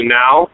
now